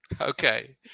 Okay